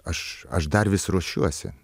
aš aš dar vis ruošiuosi